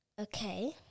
Okay